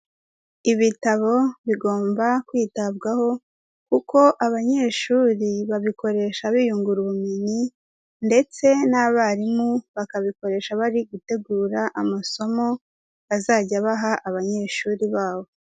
Ibitabo bigomba kwitabwaho kuko abanyeshuri babikoresha biyungura ubumenyi ndetse n'abarimu bakabikoresha bari gutegura amasomo bazajya baha abanyeshuri babo.